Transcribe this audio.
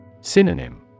Synonym